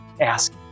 ask